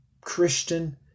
Christian